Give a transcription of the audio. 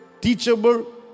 teachable